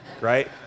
right